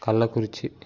Kallakurichi